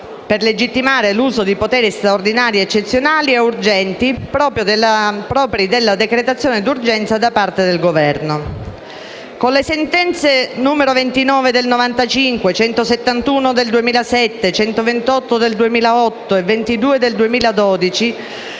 per legittimare l'uso di poteri straordinari, eccezionali e urgenti propri della decretazione d'urgenza da parte del Governo. Con le sentenze nn. 29 del 1995, 171 del 2007, 128 del 2008 e 22 del 2012,